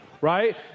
right